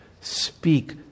speak